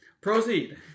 Proceed